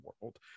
world